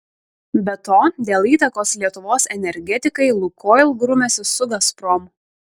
be to dėl įtakos lietuvos energetikai lukoil grumiasi su gazprom